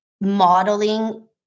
modeling